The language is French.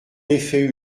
effet